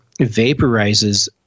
vaporizes